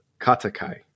katakai